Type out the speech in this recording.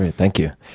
and thank you.